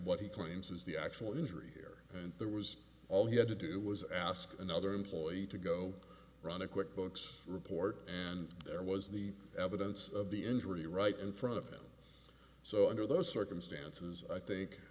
what he claims is the actual injury here and there was all he had to do was ask another employee to go run a quick books report and there was the evidence of the injury right in front of him so under those circumstances i think